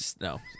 No